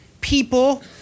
people